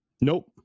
Nope